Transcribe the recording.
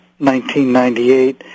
1998